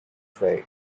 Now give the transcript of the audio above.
trail